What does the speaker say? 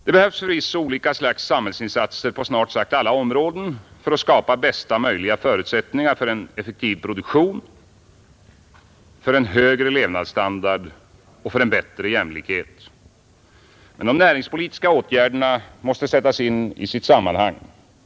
Det behövs förvisso olika slags samhällsinsatser på snart sagt alla områden för att skapa bästa möjliga förutsättningar för en effektiv produktion, högre levnadsstandard och en bättre jämlikhet. Men de näringspolitiska åtgärderna måste sättas in i sitt sammanhang.